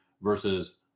versus